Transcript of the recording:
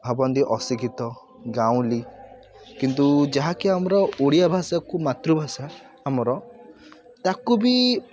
ଭାବନ୍ତି ଅଶିକ୍ଷିତ ଗାଉଁଲି କିନ୍ତୁ ଯାହାକି ଆମର ଓଡ଼ିଆ ଭାଷାକୁ ମାତୃଭାଷା ଆମର ତାକୁ ବି